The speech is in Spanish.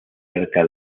cerca